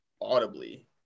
audibly